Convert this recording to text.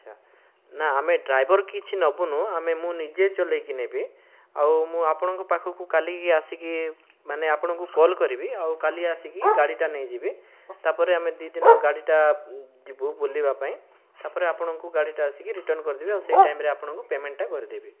ଆଚ୍ଛା ନା ଆମେ ଡ୍ରାଇଭର କିଛି ନବୁନୁ ଆମେ ମୁଁ ନିଜେ ଚଲାଇକି ନେବି ଆଉ ମୁଁ ଆପଣଙ୍କ ପାଖକୁ କାଲି ଆସିକି ମାନେ ଆପଣଙ୍କୁ କଲ କରିବି ଆଉ କାଲି ଆସିକି ଗାଡ଼ିଟା ନେଇଯିବି ତାପରେ ଆମେ ଦୁଇ ଦିନ ଗାଡ଼ିଟା ଯିବୁ ବୁଲିବା ପାଇଁ ତାପରେ ଆପଣଙ୍କୁ ଗାଡ଼ିଟା ଆସିକି ରିଟର୍ଣ୍ଣ କରିଦେବି ଆଉ ସେଇ ଟାଇମରେ ଆପଣଙ୍କୁ ପେମେଣ୍ଟଟା କରିଦେବି